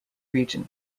region